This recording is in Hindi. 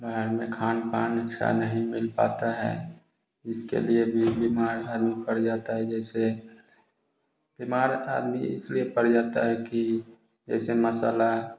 बाहर में खान पान अच्छा नहीं मिल पता है इसके लिए भी बीमार आदमी पड़ जाता है जैसे बीमार आदमी इसलिए पड़ जाता है कि जैसे मसाला